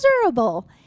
miserable